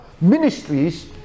ministries